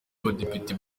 abadepite